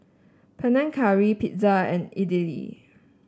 Panang Curry Pizza and Idili